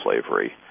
slavery